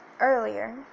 earlier